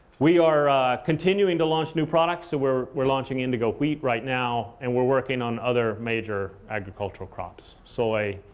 we are continuing to launch new products. we're we're launching indigo wheat right now. and we're working on other major agricultural crops soy,